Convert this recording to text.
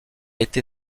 été